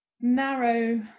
narrow